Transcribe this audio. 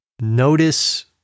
Notice